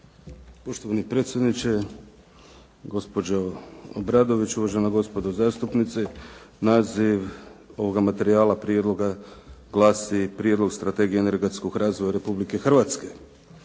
Poštovani predsjedniče, gospođo Obradović, uvažena gospodo zastupnici. Naziv ovoga materijala prijedloga glasi Prijedlog strategije energetskog razvoja Republike Hrvatske.